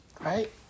Right